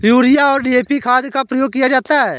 urea और DAP खाद का प्रयोग किया जाता है